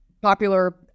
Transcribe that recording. popular